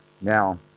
now